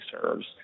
serves